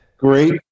Great